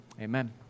Amen